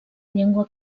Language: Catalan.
llengua